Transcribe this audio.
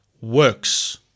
works